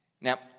Now